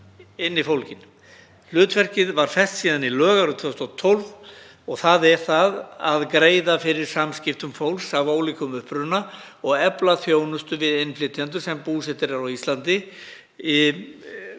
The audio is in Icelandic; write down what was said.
inni fólgin. Hlutverkið var fest í lög árið 2012, þ.e. að greiða fyrir samskiptum fólks af ólíkum uppruna og efla þjónustu við innflytjendur sem búsettir eru á Íslandi